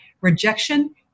rejection